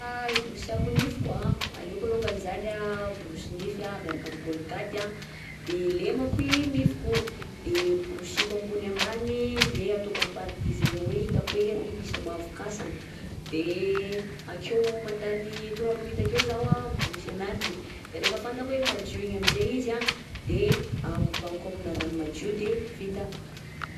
Fomba hiborisiako nifiko a aleko alongany zany a borosy nify miaraka amin'ny colgate de lemako nifiko, de borosiko ambony ambany, de ataoko amin'ny partie zegny hoe hitako hoe rÿ misy mavo kasagna de akeo mandany trois minutes akeo zaho a miborosy ananjy, de rehefa fantako hoe madio igny aminjegny izy a de a kobagniko amina rano madio de vita.